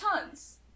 tons